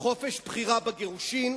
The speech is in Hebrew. חופש בחירה בגירושין,